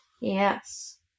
Yes